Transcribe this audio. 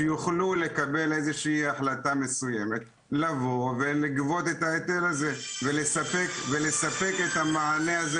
שיוכלו לקבל החלטה מסוימת לבוא ולגבות את ההיטל הזה ולספק את המענה הזה